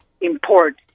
import